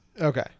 Okay